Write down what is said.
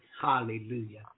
Hallelujah